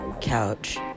couch